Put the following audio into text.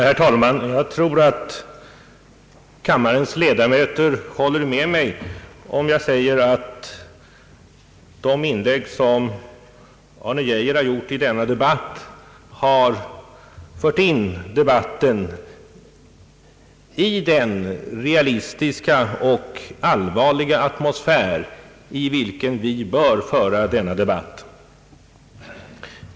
Herr talman! Jag tror att kammarens ledamöter håller med mig, om jag säger att de inlägg som herr Arne Geijer har gjort i denna debatt har fört in debatten i den realistiska och allvarliga atmosfär i vilken vi bör föra en diskussion om dessa ting.